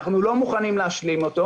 אנחנו לא מוכנים להשלים עם זה.